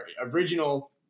original